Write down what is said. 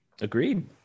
agreed